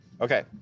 Okay